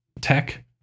tech